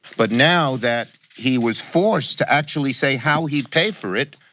but now, that he was forced to actually say how he paid for it,